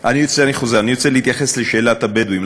אני רוצה להתייחס לשאלת הבדואים,